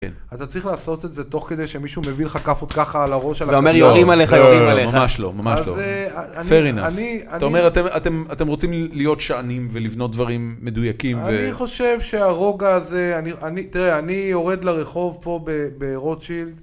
כן. אתה צריך לעשות את זה תוך כדי שמישהו מביא לך כאפות ככה על הראש על הרצפה... ואומר יורים עליך, יורים עליך. לא... ממש לא, ממש לא. Fair enough, אתה אומר אתם, אתם, אתם רוצים להיות שענים ולבנות דברים מדויקים ו... אני חושב שהרוגע הזה, אני, אני... תראה, אני יורד לרחוב פה ב... ברוטשילד...